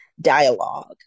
dialogue